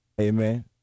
Amen